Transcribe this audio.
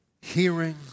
Hearing